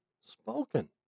spoken